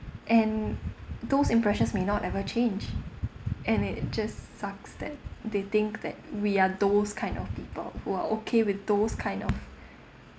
and those impressions may not ever change and it just sucks that they think that we are those kind of people who are okay with those kind of